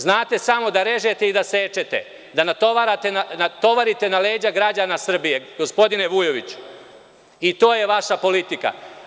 Znate samo da režete i da sečete, da natovarite na leđa građana Srbije, gospodine Vujoviću, i to je vaša politika.